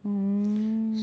mm